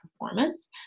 performance